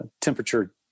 temperature